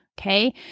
Okay